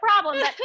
problem